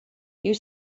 you